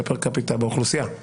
אלא פר קפיטה באוכלוסייה.